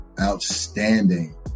outstanding